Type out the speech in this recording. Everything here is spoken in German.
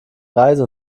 reise